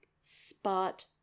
spot